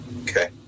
Okay